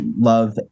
love